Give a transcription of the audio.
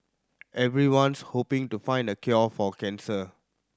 everyone's hoping to find the cure for cancer